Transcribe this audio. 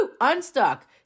Unstuck